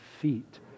feet